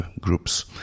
groups